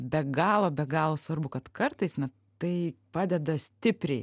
be galo be galo svarbu kad kartais na tai padeda stipriai